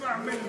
תסמע מיני